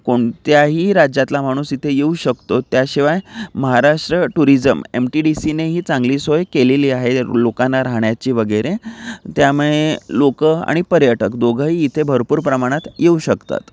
कोणत्याही राज्यातला माणूस इथे येऊ शकतो त्याशिवाय Maharashtra tourism M T D सीनेही चांगली सोय केलेली आहे लोकांना राहण्याची वगैरे त्यामुळे लोक आणि पर्यटक दोघंही इथे भरपूर प्रमाणात येऊ शकतात